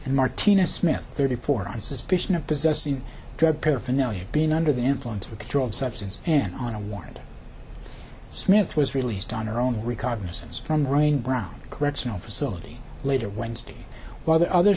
and martina smith thirty four on suspicion of possessing drug paraphernalia being under the influence with controlled substance and on a warrant smith was released on her own recognizance from the rain brown correctional facility later wednesday while the other